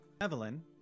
Evelyn